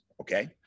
okay